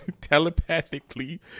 telepathically